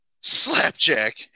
Slapjack